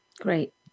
Great